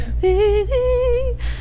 baby